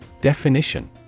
Definition